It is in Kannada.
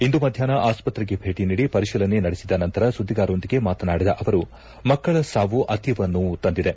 ಇಂದು ಮಧ್ಗಾಪ್ನ ಆಸ್ತ್ರೆಗೆ ಭೇಟಿ ನೀಡಿ ಪರಿಶೀಲನೆ ನಡೆಸಿದ ನಂತರ ಸುಧ್ಗಾರರೊಂದಿಗೆ ಮಾತನಾಡಿದ ಅವರು ಮಕ್ಕಳ ಸಾವು ಅತೀವ ನೋವು ತಂದಿದೆ